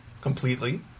completely